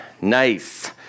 nice